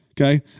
Okay